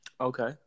Okay